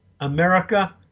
America